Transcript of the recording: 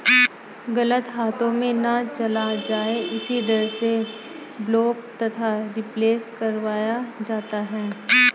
गलत हाथों में ना चला जाए इसी डर से ब्लॉक तथा रिप्लेस करवाया जाता है